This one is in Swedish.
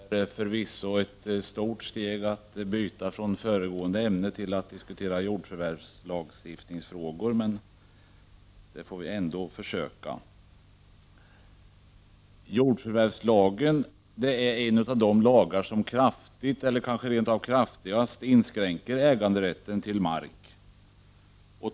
Herr talman! Det är förvisso ett stort steg från föregående ämne till att diskutera jordförvärvslagstiftningsfrågor, men vi får väl försöka. Jordförvärvslagen är en av de lagar som kraftigt, kanske rent av kraftigast, inskränker äganderätten till mark.